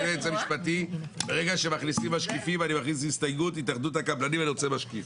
אני רוצה משקיף.